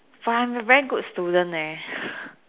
but I'm a very good student leh